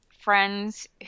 Friends